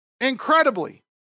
incredibly